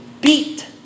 beat